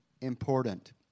important